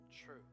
true